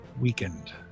weakened